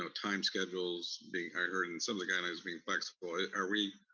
time schedules, being, i heard, and some of the guidelines being flexible, are we,